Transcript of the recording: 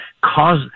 cause